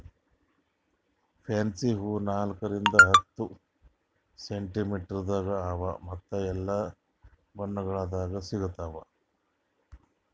fancy ಹೂವು ನಾಲ್ಕು ರಿಂದ್ ಹತ್ತು ಸೆಂಟಿಮೀಟರದಾಗ್ ಅವಾ ಮತ್ತ ಎಲ್ಲಾ ಬಣ್ಣಗೊಳ್ದಾಗ್ ಸಿಗತಾವ್